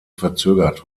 verzögert